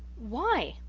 why?